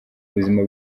ubuzima